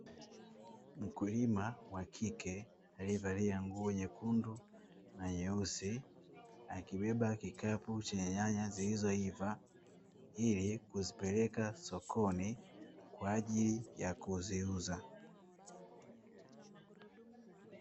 Mkulima wa kike aliyevalia nguo nyekundu na nyeusi, akibeba kikapu cha nyanya zilizoiva, kuzipeleka sokoni kwa ajili ya kuziuza.